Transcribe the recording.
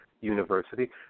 University